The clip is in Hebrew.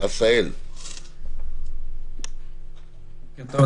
בוקר טוב,